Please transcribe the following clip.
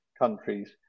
countries